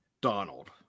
Donald